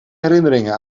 herinneringen